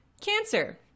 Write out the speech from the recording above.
cancer